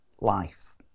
life